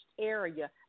area